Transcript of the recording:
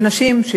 נשים,